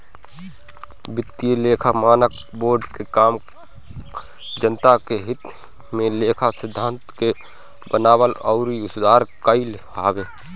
वित्तीय लेखा मानक बोर्ड के काम जनता के हित में लेखा सिद्धांत के बनावल अउरी सुधार कईल हवे